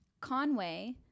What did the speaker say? Conway